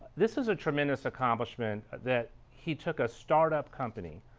this is a tremendous accomplishment that he took a start-up company,